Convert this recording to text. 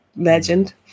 legend